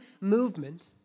movement